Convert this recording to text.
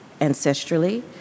ancestrally